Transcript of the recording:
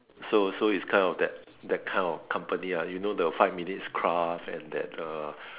so so it's kind of that that kind of company ah you know the five minutes craft and that uh